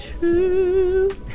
true